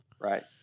Right